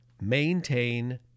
maintain